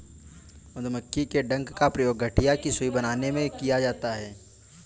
मधुमक्खी के डंक का प्रयोग गठिया की सुई बनाने में किया जाता है